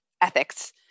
ethics